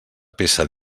peça